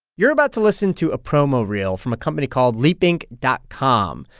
you're about to listen to a promo reel from a company called leapinc dot com.